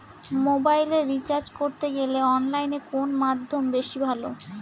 মোবাইলের রিচার্জ করতে গেলে অনলাইনে কোন মাধ্যম বেশি ভালো?